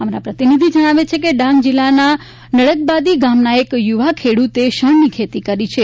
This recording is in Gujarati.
અમારા પ્રતિનિધિ જણાવે છે કે ડાંગ જિલ્લાના નડગબાદી ગામના એક યુવા ખેડૂતો શણની ખેતી કરી છે